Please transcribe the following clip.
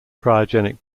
cryogenic